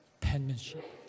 penmanship